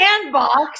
sandbox